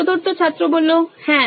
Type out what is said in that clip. চতুর্থ ছাত্র হ্যাঁ